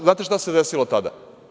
Znate li šta se desilo tada?